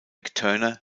turner